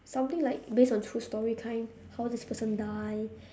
something like based on true story kind how this person die